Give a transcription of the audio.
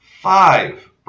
Five